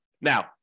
Now